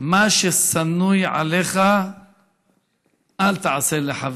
מה ששנוא עליך אל תעשה לחברך,